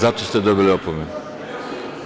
Zato ste dobili opomenu.